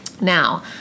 Now